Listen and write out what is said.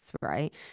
right